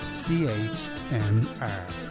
CHMR